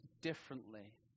differently